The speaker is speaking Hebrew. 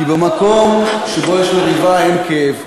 כי במקום שבו יש מריבה אין כאב.